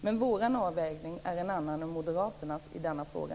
Men vår avvägning är en annan än Moderaternas i denna fråga.